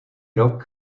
rok